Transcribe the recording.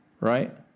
right